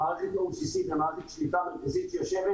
--- ומערכת שליטה מרכזית שיושבת